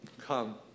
Come